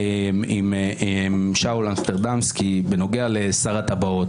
עם שאול אמסטרדמסקי בנוגע לשר הטבעות,